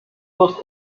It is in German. wird